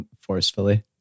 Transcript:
Forcefully